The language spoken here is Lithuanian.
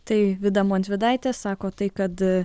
tai vida montvydaitė sako tai kad